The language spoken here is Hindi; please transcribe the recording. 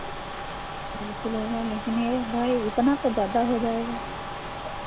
बिल्कुल होगा लेकिन ये है भाई इतना तो ज़्यादा हो जाएगा